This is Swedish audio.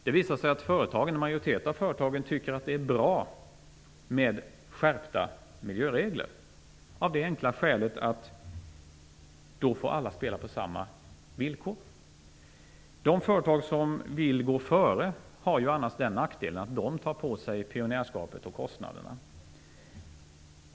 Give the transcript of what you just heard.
Det visade sig att en majoritet av företagen tyckte att det var bra med skärpta miljöregler av det enkla skälet att alla då får spela på samma villkor. De företag som vill gå före har annars den nackdelen att de tar på sig pionjärskapet och kostnaderna.